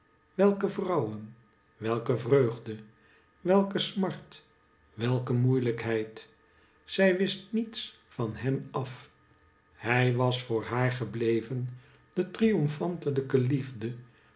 welke vrouwen welke vreugde welke smart welke moeilijkheid zij wist niets van hem af hij was voor haar gebleven de triomfantelijke liefde